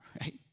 right